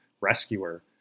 rescuer